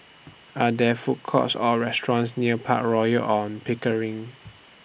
Are There Food Courts Or restaurants near Park Royal on Pickering